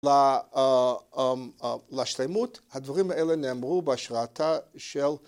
לשלמות. הדברים האלה נאמרו בהשראתה של...